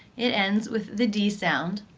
it ends with the d sound,